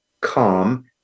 calm